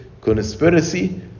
conspiracy